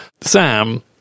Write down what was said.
Sam